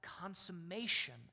consummation